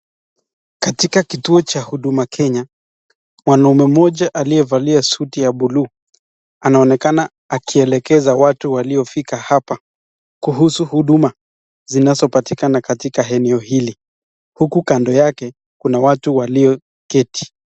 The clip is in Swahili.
Katika kituo cha huduma Kenya wanaume mmoja aliyevalia suti ya [blue] anaonekana akielekeza watu waliofika hapa kuhusu huduma zinazopatikana katika eneo hili, huku kando yake kuna watu walioketi.